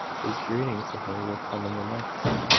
his greetings to her will come in the next.